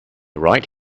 right